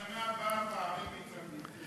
בשנה הבאה הפערים יצטמצמו?